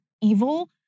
evil